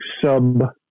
sub